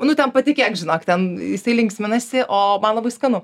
nu ten patikėk žinok ten jisai linksminasi o man labai skanu